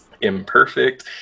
imperfect